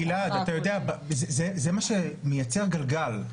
גלעד, אתה יודע, זה מה שמייצר גלגל.